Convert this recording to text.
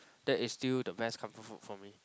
that is still the best comfort food for me